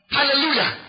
Hallelujah